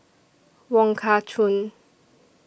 Wong Kah Chun